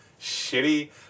shitty